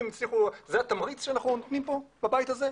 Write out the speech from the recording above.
זה התמריץ שאנחנו נותנים פה בבית הזה?